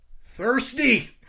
Thirsty